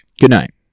Goodnight